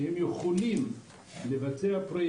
שהם יכולים לבצע.